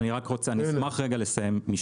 אני אשמח רגע לסיים משפט.